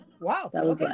Wow